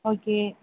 okay